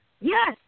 yes